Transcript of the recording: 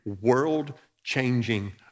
world-changing